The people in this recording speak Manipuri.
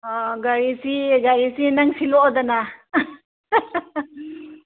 ꯑꯥ ꯒꯥꯔꯤꯁꯤ ꯒꯥꯔꯤꯁꯤ ꯅꯪ ꯁꯤꯜꯂꯛꯑꯣꯗꯅ